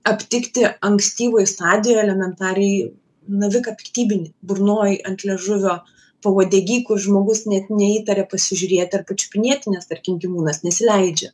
aptikti ankstyvoj stadijoj elementariai naviką piktybinį burnoj ant liežuvio pauodegy kur žmogus net neįtarė pasižiūrėti ar pačiupinėti nes tarkim gyvūnas nesileidžia